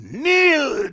kneel